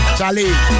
Charlie